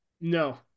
No